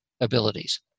abilities